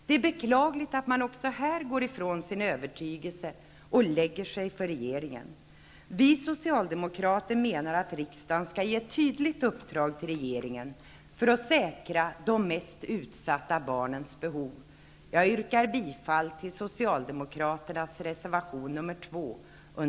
Det är beklagligt att man också här går ifrån sin övertygelse och lägger sig för regeringen. Vi socialdemokrater menar att riksdagen skall ge ett tydligt uppdrag till regeringen för att säkra de mest utsatta barnens behov. Jag yrkar bifall till socialdemokraternas reservation